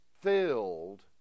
filled